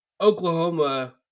Oklahoma